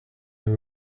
they